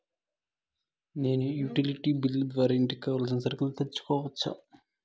నేను utility bill ద్వారా ఇంటికి కావాల్సిన సరుకులు తీసుకోవచ్చా?